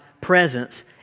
presence